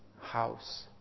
house